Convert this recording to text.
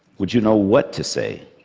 would you know what to say?